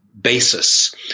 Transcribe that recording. basis